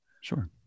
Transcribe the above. Sure